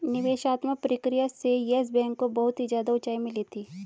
निवेशात्मक प्रक्रिया से येस बैंक को बहुत ही ज्यादा उंचाई मिली थी